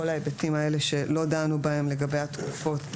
כל ההיבטים האלה שלא דנו בהם לגבי התקופות.